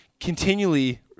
Continually